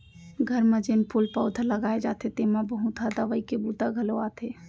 घर म जेन फूल पउधा लगाए जाथे तेमा बहुत ह दवई के बूता घलौ आथे